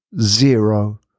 zero